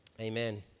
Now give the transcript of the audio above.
amen